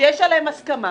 שיש עליהם הסכמה.